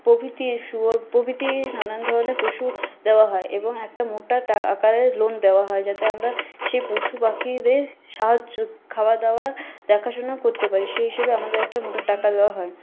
প্রভৃতি এই শুয়োর প্রভিতি নানান ধরণের পশু দেওয়া হয় এবং একটা মোটা টাকার লোন দেওয়া হয় যাতে আমরা সেই পশু পাখিদের সাহায্য খাওয়া দাওয়া দেখা শোনা করতে পারি সেই হিসাবে আমাদের একটা মোটা টাকা দেওয়া হয়